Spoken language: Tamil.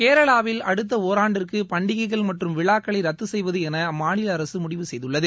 கேரளாவில் அடுத்த ஒராண்டிற்கு பண்டிகைகள் மற்றும் விழாக்களை ரத்து செய்வதென அம்மாநில அரசு முடிவு செய்துள்ளது